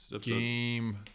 game